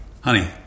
honey